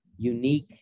unique